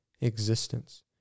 existence